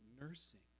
nursing